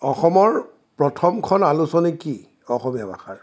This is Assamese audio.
অসমৰ প্ৰথমখন আলোচনী কি অসমীয়া ভাষাৰ